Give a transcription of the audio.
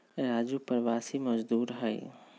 राजू प्रवासी मजदूर हई